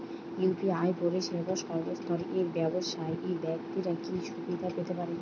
UPI পরিসেবা সর্বস্তরের ব্যাবসায়িক ব্যাক্তিরা কি সুবিধা পেতে পারে?